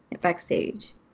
backstage